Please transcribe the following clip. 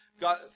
God